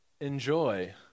Enjoy